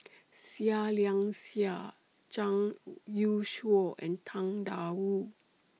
Seah Liang Seah Zhang Youshuo and Tang DA Wu